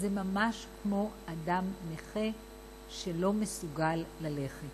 זה ממש כמו אדם נכה שלא מסוגל ללכת.